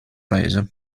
paese